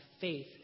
faith